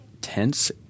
tense